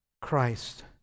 Christ